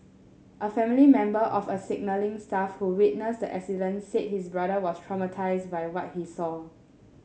a family member of a signalling staff who witnessed the accident said his brother was traumatised by what he saw